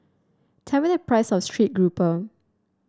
tell me the price of strip grouper